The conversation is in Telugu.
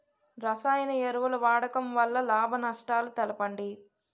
రసాయన ఎరువుల వాడకం వల్ల లాభ నష్టాలను తెలపండి?